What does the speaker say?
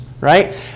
right